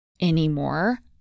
anymore